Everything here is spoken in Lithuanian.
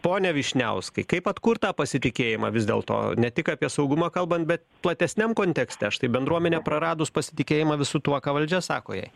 pone vyšniauskai kaip atkurt tą pasitikėjimą vis dėlto ne tik apie saugumą kalbant bet platesniam kontekste štai bendruomenė praradus pasitikėjimą visu tuo ką valdžia sako jai